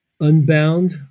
Unbound